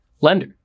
lender